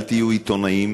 אל תהיו עיתונאים,